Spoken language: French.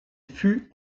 fut